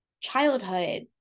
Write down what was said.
childhood